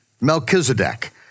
Melchizedek